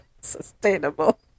sustainable